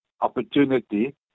opportunity